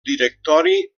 directori